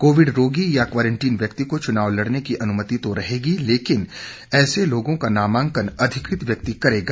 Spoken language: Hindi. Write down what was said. कोविड रोगी या क्वारंटीन व्यक्ति को चुनाव लड़ने की अनुमति तो रहेगी लेकिन ऐसे लोगों का नामांकन अधिकृत व्यक्ति करेगा